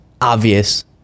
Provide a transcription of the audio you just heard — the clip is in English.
obvious